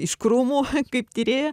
iš krūmų kaip tyrėja